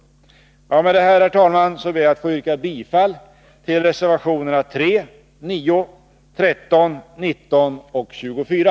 Herr talman! Med detta ber jag att få yrka bifall till reservationerna 3, 9, 13, 19 och 24.